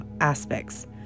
aspects